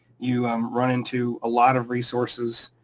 you um run into a lot of resources,